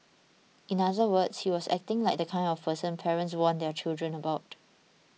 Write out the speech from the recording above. in other words he was acting like the kind of person parents warn their children about